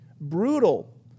brutal